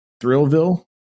Thrillville